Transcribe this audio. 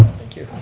thank you.